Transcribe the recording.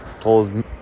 told